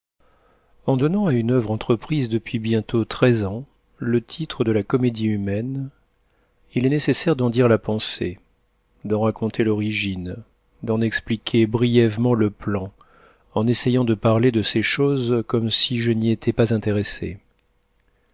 en donnant à une oeuvre entreprise depuis bientôt treize ans le titre de la comédie humaine il est nécessaire d'en dire la pensée d'en raconter l'origine d'en expliquer brièvement le plan en essayant de parler de ces choses comme si je n'y étais pas intéressé